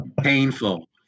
Painful